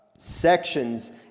sections